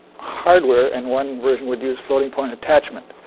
hardware. and one version would use floating point attachment.